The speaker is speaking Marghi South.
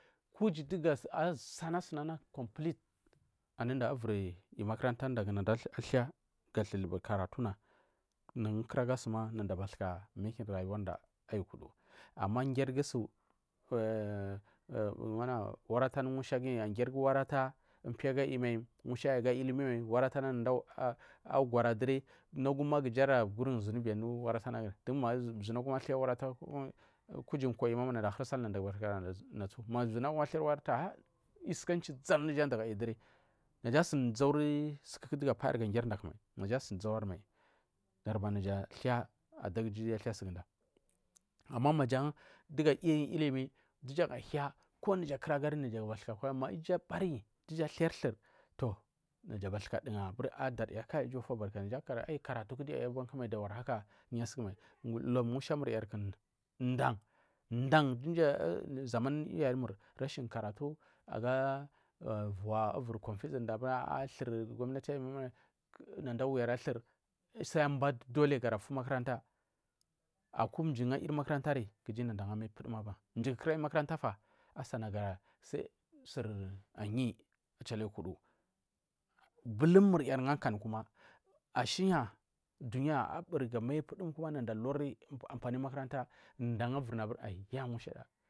Kuji dugu asana suna complete anuda lviri yu mkuranta kuda athai ga thuthusu karatuna nagu kuragu suma nada bathik a mulai raywarda ayukudu manage a girigu su warata anu musha agiru warata piyagu ayumai waratana nada agwara chiri kuma kija ala gunn zunubi du waratana du zir uwanyi athal warata kuji uzur kwa ma naja ara husul ama nada bathukura natsu ama ma mdu nagum athou waraa iskamehi zal duja inda gara nul diri naja asni zauri suku dugu a suri ga gari nda kumai zaun mal gaduban adaguju duja athai suguda ama manaja althou ulimi ku naja akura fari naja bathuka to bari kurin duja athou thur naja bathuka nu adarya ku muliya karatu mai da warharka mushar murku dan zamanuri iyayi mur rashi karatu aga kwa iviri confusing da aburi thur gwamfi aiyi munagu mal nada awi arathur sal ara ba dli garafulthur apa makurata mji gu amulaya makuranta nada jan amai pudum aban ama mjigu kura huda miliya makuranta fa jan suri aiyi bulumur uwu akani kuma dunya amairi pudu kuma nada uliri ampairi makuranta mdu wir nu aya mushada.